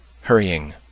hurrying